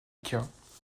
cas